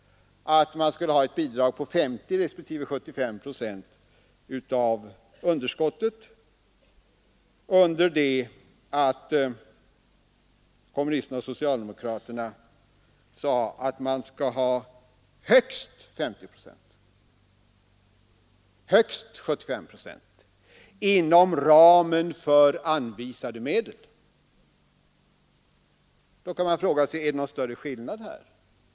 50 respektive 75 procent av underskottet i statsbidrag, under det att kommunisterna och socialdemokraterna sade att bidraget skulle vara högst 50 procent och högst 75 procent inom ramen för anvisade medel. Då kan man fråga: Är det någon större skillnad?